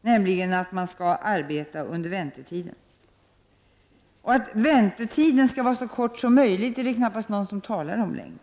nämligen att den asylsökande skall arbeta under väntetiden. Att väntetiden skall vara så kort som möjligt är det knappast någon som talar om längre.